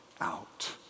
out